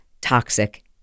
toxic